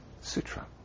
Sutra